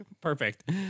Perfect